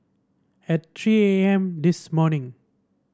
at three A M this morning